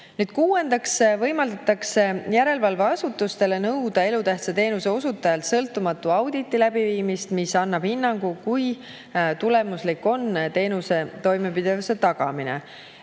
Kuuendaks võimaldatakse järelevalveasutustele nõuda elutähtsa teenuse osutajalt sõltumatu auditi läbiviimist, mis annab hinnangu, kui tulemuslik on teenuse toimepidevuse tagamine.